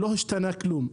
לא השתנה כלום.